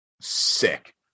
sick